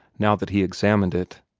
now that he examined it.